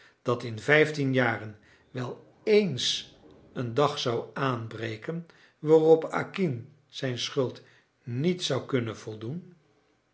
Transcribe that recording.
dat in vijftien jaren wel ééns een dag zou aanbreken waarop acquin zijn schuld niet zou kunnen voldoen